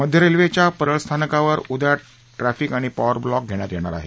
मध्य रेल्वेच्या परळ स्थानकावर उद्या ट्रॅफिक आणि पॉवर ब्लॉक घेण्यात येणार आहे